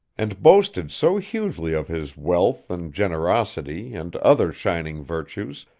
and boasted so hugely of his wealth and generosity and other shining virtues,